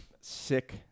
sick